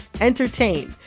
entertain